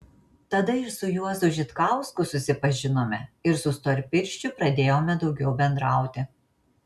tada ir su juozu žitkausku susipažinome ir su storpirščiu pradėjome daugiau bendrauti